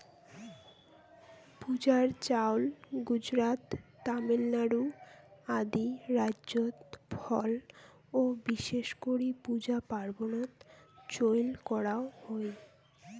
পূজার চাউল গুজরাত, তামিলনাড়ু আদি রাইজ্যত ফল ও বিশেষ করি পূজা পার্বনত চইল করাঙ হই